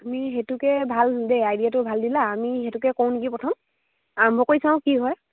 আমি সেইটোকে ভাল দেই আইডিয়াটো ভাল দিলা আমি সেইটোকে কৰোঁ নিকি প্ৰথম আৰম্ভ কৰি চাওঁ কি হয়